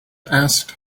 asked